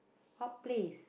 hot place